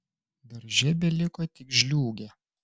darže beliko tik žliūgė